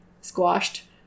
squashed